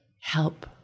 help